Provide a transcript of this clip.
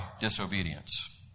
disobedience